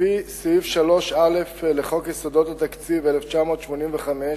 לפי סעיף 3א לחוק יסודות התקציב, 1985,